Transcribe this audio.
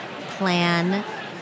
plan